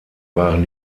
waren